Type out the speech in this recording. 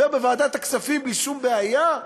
עובר בוועדת הכספים בלי שום בעיה,